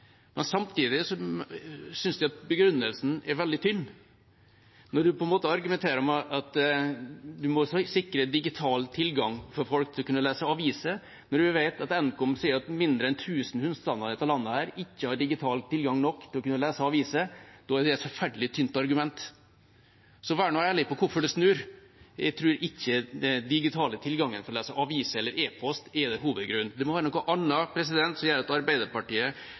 men jeg synes begrunnelsen er veldig tynn når man argumenterer med at man må sikre digital tilgang for folk til å kunne lese aviser. Når vi vet at Nkom sier at mindre enn tusen husstander i dette landet ikke har nok digital tilgang til å kunne lese aviser, da er det er et forferdelig tynt argument. Så vær nå ærlige på hvorfor dere snur. Jeg tror ikke det er den digitale tilgangen til å lese aviser eller e-post som er hovedgrunnen. Det må være noe annet som gjør at Arbeiderpartiet